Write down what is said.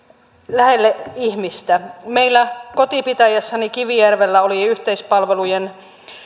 lähelle ihmistä meillä kotipitäjässäni kivijärvellä oli yhteispalvelujen